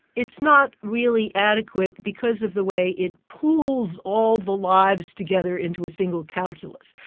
it's not really adequate because of the way it pools all the lives together into a single calculus.